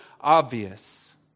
obvious